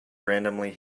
randomly